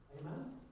Amen